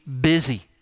busy